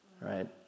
Right